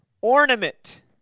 ornament